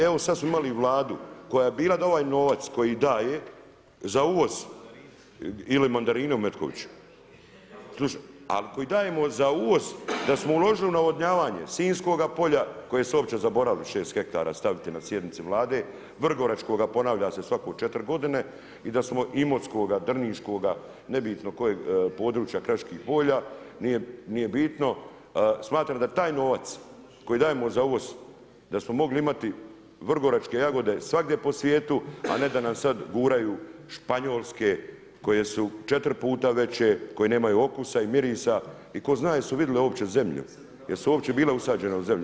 Evo sada smo imali Vladu koja … novac koji daje za uvoz ili mandarine u Metkoviću, a koji dajemo za uvoz da smo uložili u navodnjavanje sinjskoga polja koje su uopće zaboravili 6 hektara staviti na sjednici Vlade, vrgoračkoga ponavlja se svako 4 godina i da smo imotskoga, drniškoga nebitno koja područja kraških polja nije bitno, smatram da taj nova koji dajemo za uvoz da smo mogli imati vrgoračke jagode svagdje po svijetu, a ne da nam sada guraju španjolske koje su četiri puta veće, koje nemaju okusa i mirisa i tko zna jesu li uopće vidjele zemlju, jesu uopće bile usađene u zemlju.